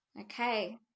Okay